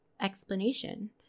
explanation